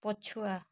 ପଛୁଆ